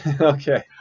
okay